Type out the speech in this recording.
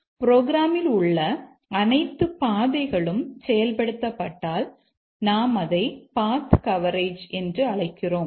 புரோகிராமில் உள்ள அனைத்து பாதைகளும் செயல்படுத்தப்பட்டால் நாம் அதை பாத் கவரேஜ் என்று அழைக்கிறோம்